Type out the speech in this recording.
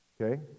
Okay